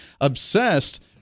obsessed